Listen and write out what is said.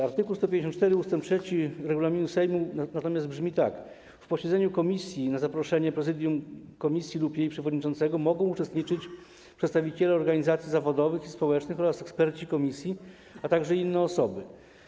Art. 154 ust. 3 regulaminu Sejmu brzmi tak: W posiedzeniu komisji, na zaproszenie prezydium komisji lub jej przewodniczącego, mogą uczestniczyć przedstawiciele organizacji zawodowych i społecznych oraz eksperci komisji, a także inne osoby.